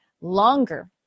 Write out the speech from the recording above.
longer